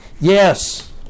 Yes